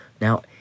Now